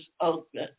open